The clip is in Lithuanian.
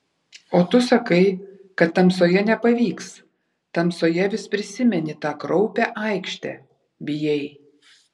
o tu sakai kad tamsoje nepavyks tamsoje vis prisimeni tą kraupią aikštę bijai